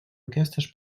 aquestes